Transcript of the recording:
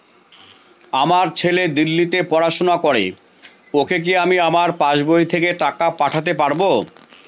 আমার ছেলে দিল্লীতে পড়াশোনা করে ওকে কি আমি আমার পাসবই থেকে টাকা পাঠাতে পারব?